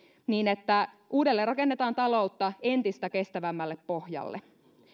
niin että uudelleenrakennetaan taloutta entistä kestävämmälle pohjalle